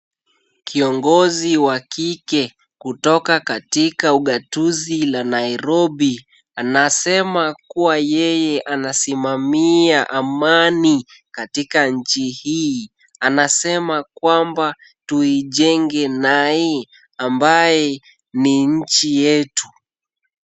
Kiongozi wa kike kutoka katika ugatuzi la Nairobi. Anasema kuwa yeye anasimamia amani katika nchi hii. Anasema kwamba tuijenge Nai ambaye ni nchi yetu.